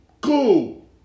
Cool